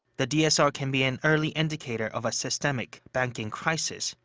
the dsr can be an early indicator of a systemic banking crisis,